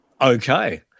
okay